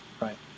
right